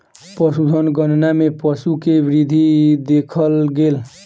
पशुधन गणना मे पशु के वृद्धि देखल गेल